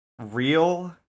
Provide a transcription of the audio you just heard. real